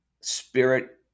spirit